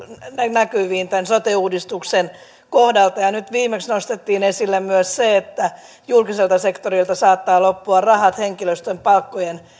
näkyviin tämän sote uudistuksen kohdalta nyt viimeksi nostettiin esille myös se että julkiselta sektorilta saattavat loppua rahat henkilöstön palkkojen